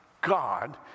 God